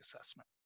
assessment